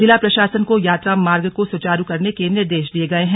जिला प्रशासन को यात्रा मार्ग को सुचारू करने के निर्देश दिये गये हैं